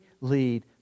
lead